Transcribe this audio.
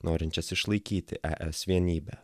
norinčias išlaikyti e es vienybę